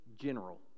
general